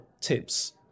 tips